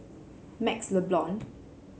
MaxLe Blond